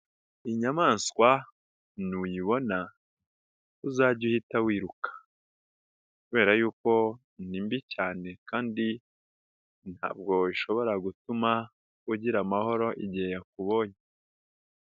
Inyamaswa nuyibona uzajye uhita wiruka kubera yuko ni mbi cyane kandi ntabwo ishobora gutuma ugira amahoro igihe yakubonye.